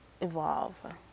evolve